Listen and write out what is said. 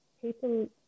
people